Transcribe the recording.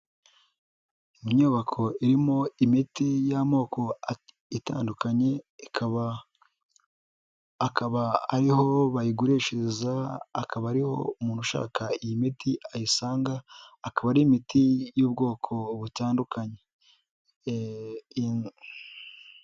Inyubako irimo imiti y'amoko itandukanye, akaba ariho bayigurishiriza, akaba ariho umuntu ushaka iyi miti ayisanga, akaba ari imiti y'ubwoko butandukanye.